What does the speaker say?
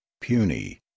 puny